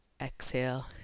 Exhale